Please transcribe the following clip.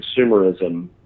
consumerism